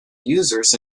users